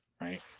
right